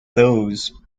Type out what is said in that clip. those